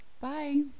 Bye